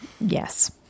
Yes